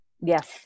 Yes